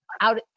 out